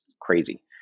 crazy